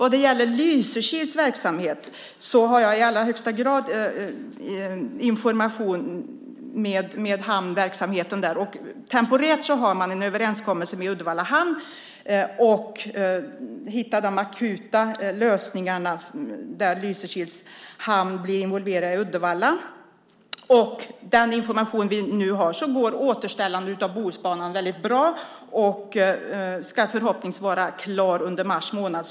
Vad gäller Lysekils verksamhet har jag i högsta grad informationsutbyte med hamnverksamheten där. Temporärt finns en överenskommelse med Uddevalla hamn om att hitta de akuta lösningar som behövs så att Lysekils hamn kan bli involverad i Uddevalla hamn. Enligt den information vi nu har går återställandet av Bohusbanan bra, och det ska förhoppningsvis vara klart under mars månad.